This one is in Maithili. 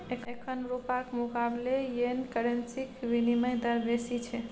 एखन रुपाक मुकाबले येन करेंसीक बिनिमय दर बेसी छै